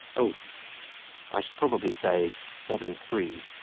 oh i should probably say seven three.